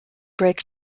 brake